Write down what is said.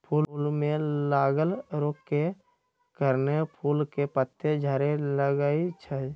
फूल में लागल रोग के कारणे फूल के पात झरे लगैए छइ